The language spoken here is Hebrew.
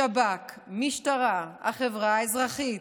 שב"כ, משטרה, החברה האזרחית,